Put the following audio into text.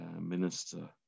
minister